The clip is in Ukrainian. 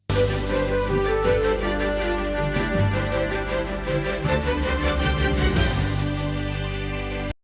Дякую